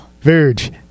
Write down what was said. Verge